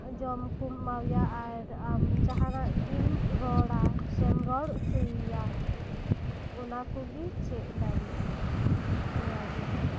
ᱡᱚᱢ ᱠᱚᱢ ᱮᱢᱟᱭᱟ ᱟᱨ ᱟᱢ ᱡᱟᱦᱟᱸᱱᱟᱜ ᱜᱮᱢ ᱨᱚᱲᱟ ᱥᱮᱢ ᱨᱚᱲ ᱚᱪᱚᱭᱮᱭᱟ ᱚᱱᱟ ᱠᱚᱜᱮ ᱪᱮᱫ ᱫᱟᱲᱮᱭᱟᱜᱼᱟᱭ ᱱᱚᱣᱟᱜᱮ